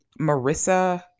Marissa